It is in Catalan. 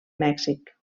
mèxic